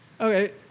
okay